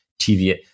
TV